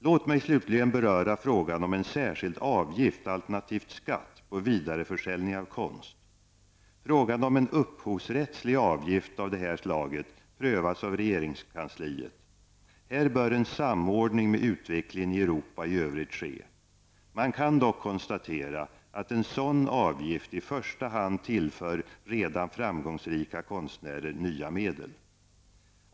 Låt mig slutligen beröra frågan om en särskild avgift alternativt skatt på vidareförsäljning av konst. Frågan om en upphovsrättslig avgift av detta slag prövas av regeringskansliet. Här bör en samordning med utvecklingen i Europa i övrigt ske. Man kan dock konstatera att en sådan avgift i första hand tillför redan framgångsrika konstnärer nya medel.